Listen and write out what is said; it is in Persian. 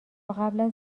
قبل